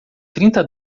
trinta